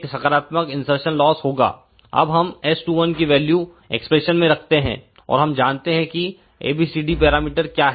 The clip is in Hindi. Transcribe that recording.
एक सकारात्मक इनसरसन लॉस होगा अब हम S21 की वैल्यू एक्सप्रेशन में रखते हैं और हम जानते हैं कि ABCD पैरामीटर क्या है